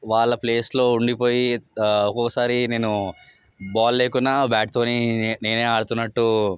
వాళ్ళ ప్లేస్లో ఉండిపోయి ఓసారి నేను బాల్ లేకున్నా బ్యాట్తోనే నేనే ఆడుతున్నట్టు